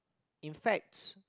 in fact